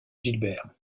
gilbert